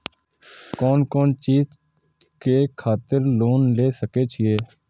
कोन कोन चीज के खातिर लोन ले सके छिए?